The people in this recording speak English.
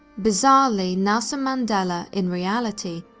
bizarrely, nelson mandela, in reality,